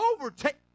overtake